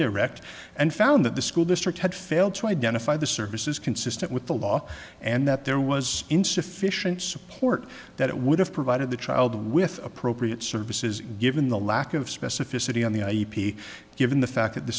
under rect and found that the school district had failed to identify the services consistent with the law and that there was insufficient support that it would have provided the child with appropriate services given the lack of specificity on the e p given the fact that the